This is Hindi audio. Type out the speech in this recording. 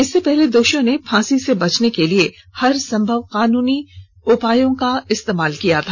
इससे पहले दोषियों ने फांसी से बचने के लिए हरसंभव कानूनी उपायों का इस्तेमाल किया था